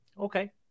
Okay